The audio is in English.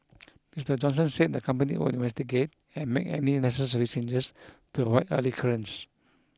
Mister Johnson said the company would investigate and make any necessary changes to avoid a recurrence